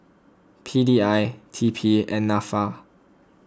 P D I T P and Nafa